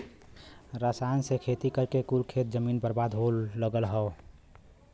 रसायन से खेती करके कुल खेत जमीन बर्बाद हो लगल हौ